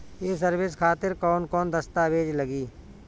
ये सर्विस खातिर कौन कौन दस्तावेज लगी?